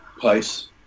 place